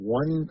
one